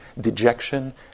dejection